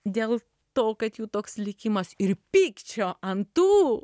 dėl to kad jų toks likimas ir pykčio ant tų